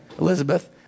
Elizabeth